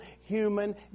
human